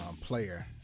player